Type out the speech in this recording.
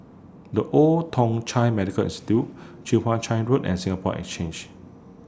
The Old Thong Chai Medical Institute Chwee Chian Road and Singapore Exchange